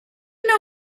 know